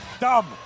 dumb